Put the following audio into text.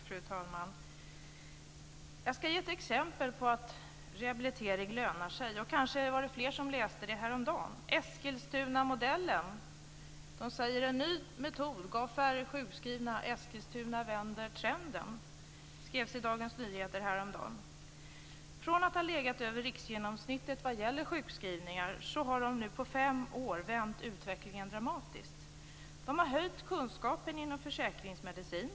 Fru talman! Jag ska ge ett exempel på att rehabilitering lönar sig. Det var kanske fler som läste om Eskilstunamodellen i Dagens Nyheter häromdagen. Det stod: En ny metod gav färre sjukskrivna. Eskilstuna vänder trenden. Man låg över riksgenomsnittet vad gäller sjukskrivningar. På fem år har man vänt utvecklingen dramatiskt. Man har höjt kunskapen inom försäkringsmedicin.